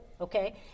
okay